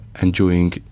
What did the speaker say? enjoying